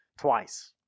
twice